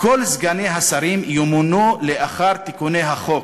"כל סגני השרי ימונו לאחר תיקוני החוק,